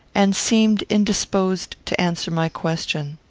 and seemed indisposed to answer my question.